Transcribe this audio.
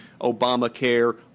Obamacare